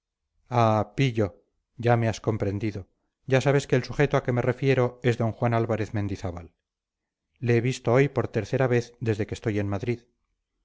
pillo ya me has comprendido ya sabes que el sujeto a que me refiero es d juan álvarez mendizábal le he visto hoy por tercera vez desde que estoy en madrid